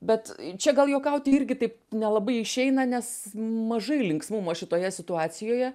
bet čia gal juokauti irgi taip nelabai išeina nes mažai linksmumo šitoje situacijoje